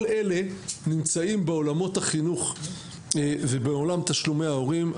כל אלה נמצאים בעולמות החינוך ובעולם תשלומי ההורים.